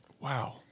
Wow